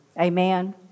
Amen